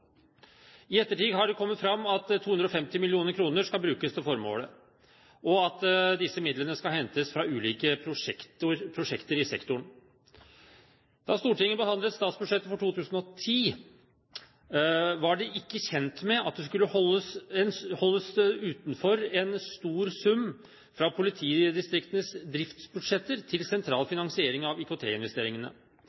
I ettertid har det kommet fram at 250 mill. kr skal brukes til formålet, og at disse midlene skal hentes fra ulike prosjekter i sektoren. Da Stortinget behandlet statsbudsjettet for 2010, var man ikke kjent med at det skulle holdes utenfor en stor sum fra politidistriktenes driftsbudsjetter til sentral